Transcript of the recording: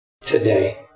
today